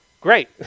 Great